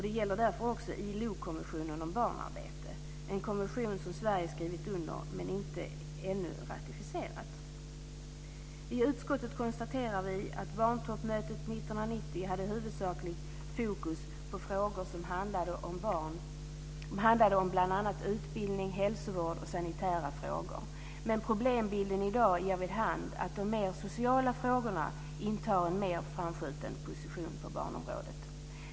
Det gäller därför också ILO Sverige skrivit under men ännu inte ratificerat. I utskottet konstaterar vi att barntoppmötet 1990 hade huvudsakligt fokus på frågor som handlade om bl.a. utbildning, hälsovård och sanitära frågor. Men problembilden i dag ger vid handen att de mer sociala frågorna intar en mer framskjuten position på barnområdet.